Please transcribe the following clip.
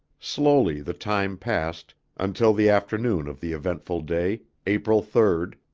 slowly the time passed, until the afternoon of the eventful day, april third,